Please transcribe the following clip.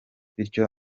bityo